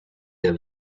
der